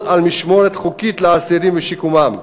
על משמורת חוקית לאסירים ושיקומם.